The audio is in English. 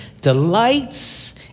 delights